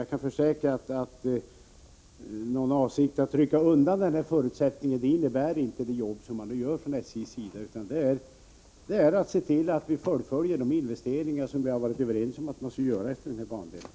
Jag kan således försäkra Sven Henricsson att det jobb som nu utförs från SJ:s sida inte innebär att man har för avsikt att rycka undan förutsättningarna idet här sammanhanget, utan avsikten är att se till att arbetet fullföljs när det gäller de investeringar som vi varit överens om att man skall göra på bandelen.